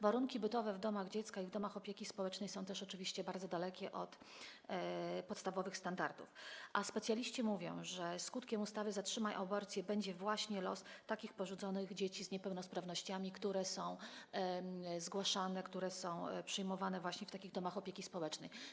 Warunki bytowe w domach dziecka i w domach opieki społecznej są oczywiście bardzo dalekie od podstawowych standardów, a specjaliści mówią, że skutkiem ustawy „Zatrzymaj aborcję” będzie właśnie taki los porzuconych dzieci z niepełnosprawnościami, które są zgłaszane, przyjmowane właśnie w takich domach opieki społecznej.